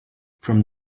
from